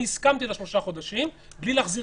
אני הסכמתי לשלושה חודשים בלי להחזיר